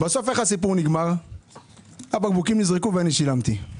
איך הסיפור נגמר - הבקבוקים נזרקו ואני שילמתי.